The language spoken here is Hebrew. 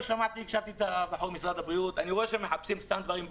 הקשבתי לבחור ממשרד הבריאות ואני רואה שמחפשים סתם דברים.